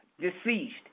deceased